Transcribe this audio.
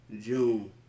June